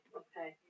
okay